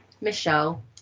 Michelle